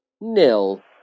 nil